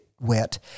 wet